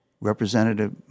Representative